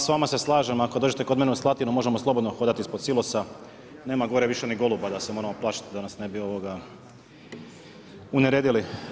S vama se slažem, ako dođete kod mene u Slatinu možemo slobodno hodati ispod silosa, nema gore više ni goluba da se moramo plašiti da nas ne bi uneredili.